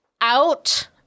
out